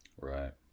right